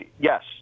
Yes